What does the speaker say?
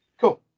Cool